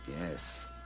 Yes